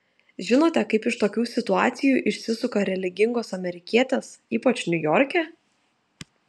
žinote kaip iš tokių situacijų išsisuka religingos amerikietės ypač niujorke